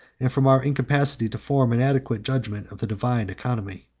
and from our incapacity to form an adequate judgment of the divine economy.